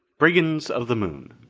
brigands of the moon,